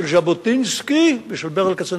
של ז'בוטינסקי ושל ברל כצנלסון.